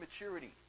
maturity